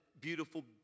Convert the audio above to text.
beautiful